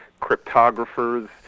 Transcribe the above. cryptographers